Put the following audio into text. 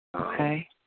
Okay